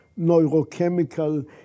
neurochemical